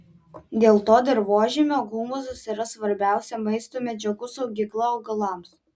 dėl to dirvožemio humusas yra svarbiausia maisto medžiagų saugykla augalams